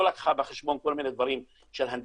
לא לקחה בחשבון כל מיני דברים הנדסיים,